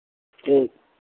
ठीक